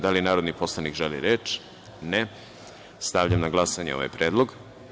Da li narodni poslanik želi reč? (Ne.) Stavljam na glasanje ovaj Predlog.